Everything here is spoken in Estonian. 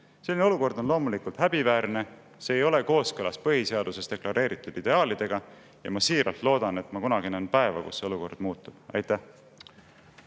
Selline olukord on loomulikult häbiväärne, see ei ole kooskõlas põhiseaduses deklareeritud ideaalidega. Ma siiralt loodan, et ma kunagi näen päeva, kui see olukord muutub. Aitäh!